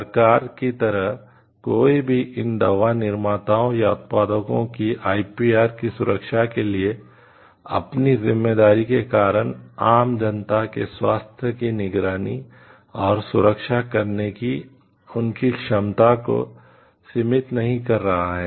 सरकार की तरह कोई भी इन दवा निर्माताओं या उत्पादकों के आईपीआर की सुरक्षा के लिए अपनी जिम्मेदारी के कारण आम जनता के स्वास्थ्य की निगरानी और सुरक्षा करने की उनकी क्षमता को सीमित नहीं कर रहा है